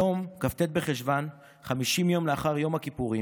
היום, כ"ט בחשוון, 50 יום לאחר יום הכיפורים,